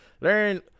Learn